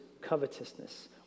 covetousness